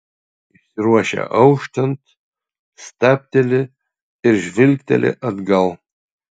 išsiruošia auštant stabteli ir žvilgteli atgal